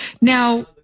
Now